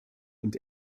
und